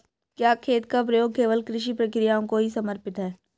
क्या खेत का प्रयोग केवल कृषि प्रक्रियाओं को ही समर्पित है?